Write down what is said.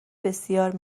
بسیار